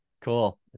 Cool